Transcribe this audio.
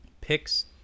picks